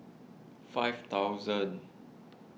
five thousand